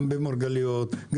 גם במרגליות,